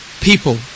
people